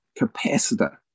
capacitor